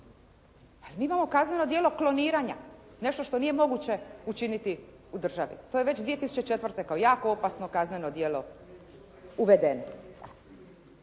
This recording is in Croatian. Mi imamo kazneno djelo kloniranja, nešto što nije moguće učiniti u državi. To je već 2004. kao jako opasno kazneno djelo uvedeno.